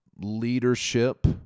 leadership